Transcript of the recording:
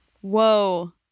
Whoa